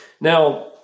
Now